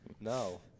No